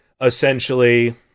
essentially